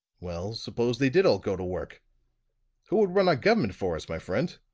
well, suppose they did all go to work who would run our government for us, my friend?